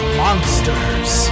monsters